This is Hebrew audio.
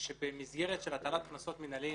שבמסגרת של הטלת קנסות מינהליים